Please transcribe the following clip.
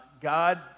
God